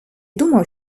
думав